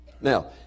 Now